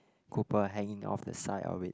cooper hanging off the side of it